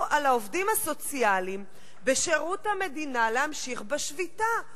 על העובדים הסוציאליים בשירות המדינה להמשיך בשביתה.